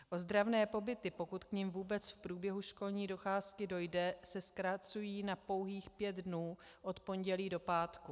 Ozdravné pobyty, pokud k nim vůbec v průběhu školní docházky dojde, se zkracují na pouhých pět dnů od pondělí do pátku.